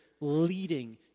leading